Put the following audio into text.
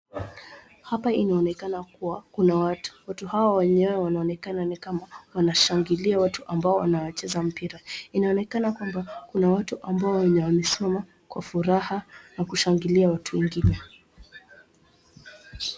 Hapa inaonekana kuwa kuna watu. watu hawa wenyewe wanaonekana ni kama wanashangilia watu ambao wanacheza mpira. Inaonekana kwamba kuna watu ambao wamesimama kwa fuaraha na kushangilia watu wengine.